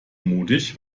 mutig